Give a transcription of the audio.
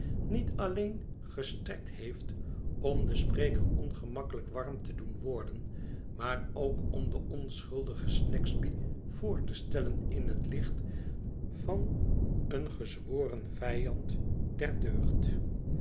niet alleen gestrekt heeft om den spreker ongemakkelijk warm te doen worden maar ook om den onschuldigen snagsby voor te stellen in het licht van een gezworen vijand der deugd